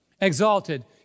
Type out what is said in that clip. Exalted